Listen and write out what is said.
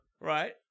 Right